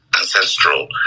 ancestral